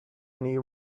any